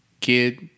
Kid